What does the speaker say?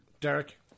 Derek